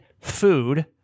food